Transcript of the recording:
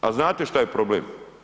A znate šta je problem?